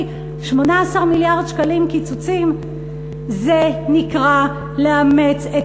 18 מיליארד שקלים קיצוצים זה נקרא לאמץ את